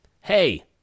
hey